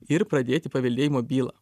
ir pradėti paveldėjimo bylą